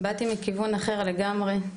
באתי מכיוון אחר לגמרי.